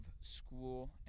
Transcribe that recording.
school